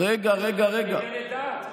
לא הזכרת ענייני דת.